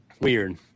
Weird